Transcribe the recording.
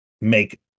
make